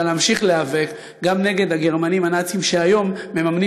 ולהמשיך להיאבק גם בגרמנים הנאצים שהיום מממנים